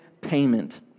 payment